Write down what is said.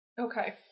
Okay